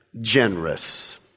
generous